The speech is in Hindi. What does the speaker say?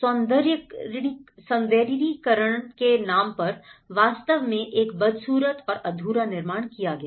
सौंदर्यीकरण के नाम पर वास्तव में एक बदसूरत और अधूरा निर्माण किया गया